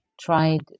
tried